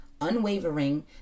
unwavering